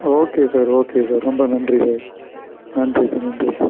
okay sir okay sir ரொம்ப நன்றி sir நன்றி சார் நன்றி சார்